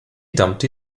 dumpty